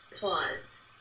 pause